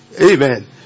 Amen